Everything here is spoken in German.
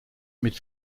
mit